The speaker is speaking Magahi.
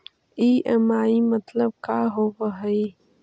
ई.एम.आई मतलब का होब हइ?